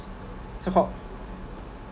so called